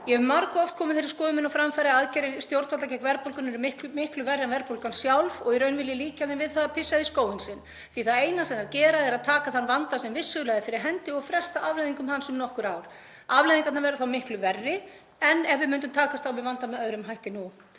Ég hef margoft komið þeirri skoðun minni á framfæri að aðgerðir stjórnvalda gegn verðbólgunni eru miklu verri en verðbólgan sjálf og í raun vil ég líkja þeim við það að pissa í skóinn sinn því það eina sem þær gera er að taka þann vanda sem vissulega er fyrir hendi og fresta afleiðingum hans um nokkur ár. Afleiðingarnar verða þá miklu verri en ef við myndum takast á við vandann með öðrum hætti nú.